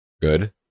good